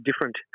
different